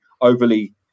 overly